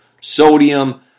Sodium